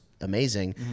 amazing